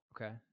Okay